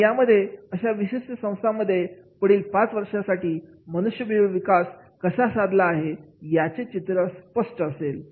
मग यामध्ये अशा विशिष्ट संस्थांमध्ये पुढील पाच वर्षांसाठी मनुष्यबळ विकास कसा साधला जाणार आहे याचे चित्र स्पष्ट असेल